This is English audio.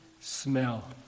smell